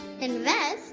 Invest